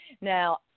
Now